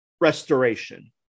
restoration